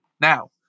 Now